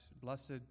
blessed